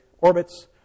orbits